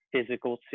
Physical